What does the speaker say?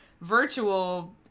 virtual